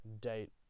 date